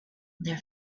their